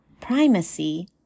primacy